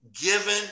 given